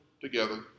together